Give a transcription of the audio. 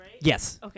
Yes